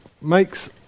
makes